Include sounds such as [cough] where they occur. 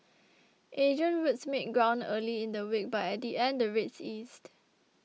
[noise] Asian routes made ground early in the week but at the end the rates eased